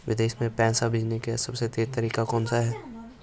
विदेश में पैसा भेजने का सबसे तेज़ तरीका कौनसा है?